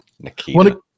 Nikita